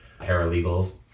paralegals